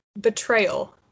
Betrayal